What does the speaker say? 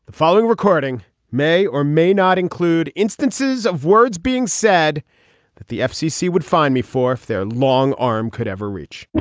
following recording may or may not include instances of words being said that the fcc would find me for if their long arm could ever reach